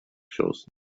chosen